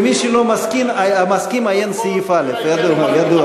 ומי שלא מסכים, עיין סעיף א' ידוע.